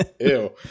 ew